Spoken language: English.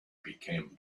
became